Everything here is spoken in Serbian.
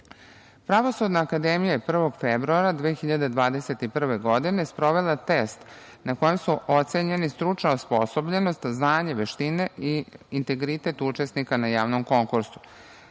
testa. Pravosudna akademija je 1. februara 2021. godine sprovela test na kojem su ocenjene stručna osposobljenost, znanje, veštine i integritet učesnika na javnom konkursu.